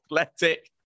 Athletic